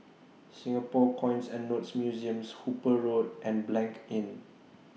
Singapore Coins and Notes Museums Hooper Road and Blanc Inn